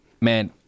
man